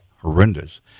horrendous